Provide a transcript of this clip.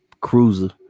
cruiser